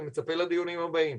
ואני מצפה לדיונים הבאים.